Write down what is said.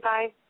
Bye